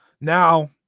Now